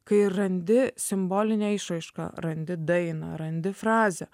kai randi simbolinė išraišką randi dainą randi frazę